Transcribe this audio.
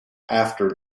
after